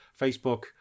Facebook